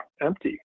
empty